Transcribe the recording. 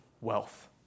wealth